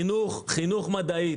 חינוך מדעי.